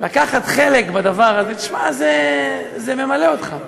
לקחת חלק בדבר הזה, תשמע, זה ממלא אותך.